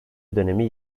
dönemi